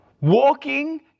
walking